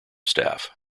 staff